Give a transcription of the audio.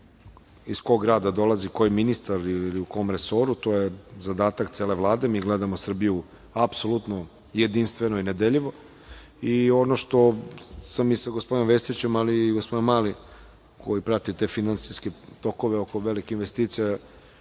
iz kog grada dolazi koji ministar ili u kom resoru. To je zadatak cele Vlade. Mi gledamo Srbiju apsolutno jedinstveno i nedeljivo i ono što sam i sa gospodinom Vesićem i gospodinom Malim, koji prati te finansijske tokove oko velikih investicija,